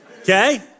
okay